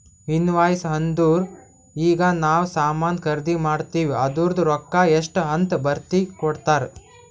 invoice ಅಂದುರ್ ಈಗ ನಾವ್ ಸಾಮಾನ್ ಖರ್ದಿ ಮಾಡಿವ್ ಅದೂರ್ದು ರೊಕ್ಕಾ ಎಷ್ಟ ಅಂತ್ ಬರ್ದಿ ಕೊಡ್ತಾರ್